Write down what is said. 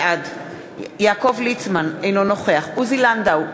בעד יעקב ליצמן, אינו נוכח עוזי לנדאו,